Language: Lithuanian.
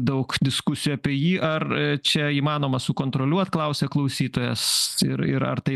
daug diskusijų apie jį ar čia įmanoma sukontroliuot klausia klausytojas ir ir ar tai